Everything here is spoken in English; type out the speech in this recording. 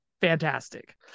fantastic